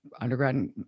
undergrad